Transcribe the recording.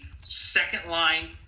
second-line